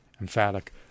emphatic